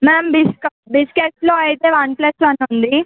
ma'am బిస్ బిస్కట్స్లో అయితే వన్ ప్లస్ వన్ ఉంది